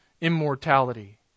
immortality